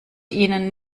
ihnen